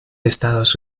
estados